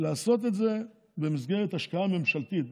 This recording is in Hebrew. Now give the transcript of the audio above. לעשות את זה במסגרת השקעה ממשלתית.